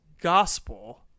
gospel